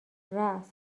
رآس